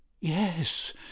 Yes